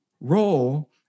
Role